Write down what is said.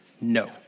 no